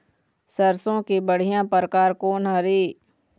सरसों के बढ़िया परकार कोन हर ये?